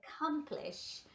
accomplish